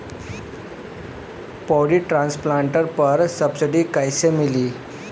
Paddy transplanter पर subsidy कैसे मिली?